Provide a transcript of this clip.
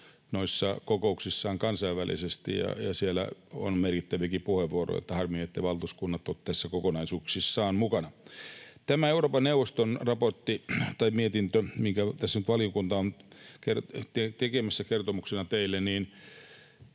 työtä kokouksissaan kansainvälisesti ja siellä on merkittäviäkin puheenvuoroja, joten harmi, etteivät valtuuskunnat ole tässä kokonaisuuksissaan mukana. Euroopan neuvoston raportti, tai se mietintö, mitä tässä nyt valiokunta on ollut tekemässä kertomuksesta teille, on